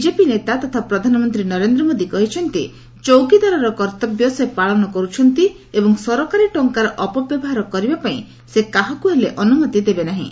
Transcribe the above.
BJP ନେତା ତଥା ପ୍ରଧାନମନ୍ତ୍ରୀ ନରେନ୍ଦ୍ର ମୋଦି କହିଛନ୍ତି ଚୌକିଦାରର କର୍ତ୍ତବ୍ୟ ସେ ପାଳନ କରୁଛନ୍ତି ଏବଂ ସରକାରୀ ଟଙ୍କାର ଅପବ୍ୟବହାର କରିବାପାଇଁ ସେ କାହାକୁ ହେଲେ ଅନୁମତି ଦେବେ ନାହିଁ